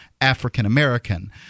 African-American